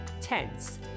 Tense